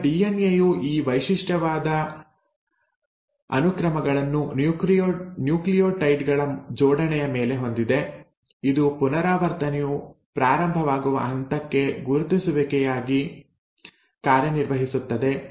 ಈಗ ಡಿಎನ್ಎ ಯು ಈ ವೈಶಿಷ್ಟ್ಯವಾದ ಅನುಕ್ರಮಗಳನ್ನು ನ್ಯೂಕ್ಲಿಯೋಟೈಡ್ ಗಳ ಜೋಡಣೆಯ ಮೇಲೆ ಹೊಂದಿದೆ ಇದು ಪುನರಾವರ್ತನೆಯು ಪ್ರಾರಂಭವಾಗುವ ಹಂತಕ್ಕೆ ಗುರುತಿಸುವಿಕೆಯಾಗಿ ಕಾರ್ಯನಿರ್ವಹಿಸುತ್ತದೆ